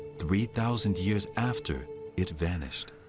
three thousand years after it vanished.